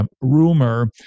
rumor